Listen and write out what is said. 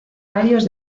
varios